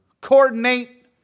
Coordinate